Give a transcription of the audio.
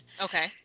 Okay